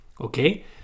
Okay